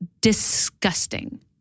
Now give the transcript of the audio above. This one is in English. disgusting